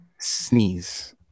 sneeze